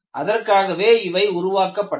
அதற்காகவே இவை உருவாக்கப்பட்டன